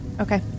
Okay